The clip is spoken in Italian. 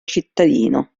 cittadino